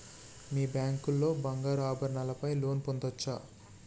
మీ bank లో బంగారు ఆభరణాల పై లోన్ పొందచ్చా?